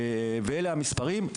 אלה המספרים.